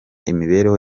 imibereho